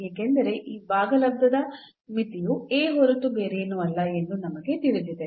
ಏಕೆಂದರೆ ಈ ಭಾಗಲಬ್ಧದ ಮಿತಿಯು A ಹೊರತು ಬೇರೇನೂ ಅಲ್ಲ ಎಂದು ನಮಗೆ ತಿಳಿದಿದೆ